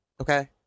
Okay